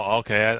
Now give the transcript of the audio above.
okay